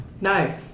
No